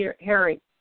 Harry